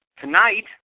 Tonight